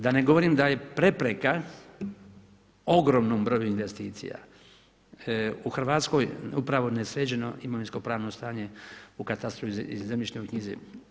Da ne govorim, da je prepreka u ogromnom broju investicija u Hrvatskoj, upravo nesređeno imovinsko pravno stanju u katastru i zemljišnoj knjizi.